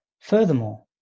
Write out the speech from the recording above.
Furthermore